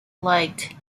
liked